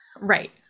Right